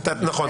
נכון.